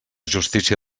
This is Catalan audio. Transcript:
justícia